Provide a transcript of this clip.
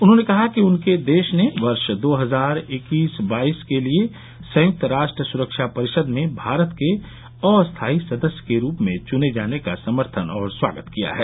उन्होंने कहा कि उनके देश ने वर्ष दो हजार इक्कीस बाईस के लिए संयुक्त राष्ट्र सुरक्षा परिषद में भारत के अस्थाई सदस्य के रूप में चुने जाने का समर्थन और स्वागत किया है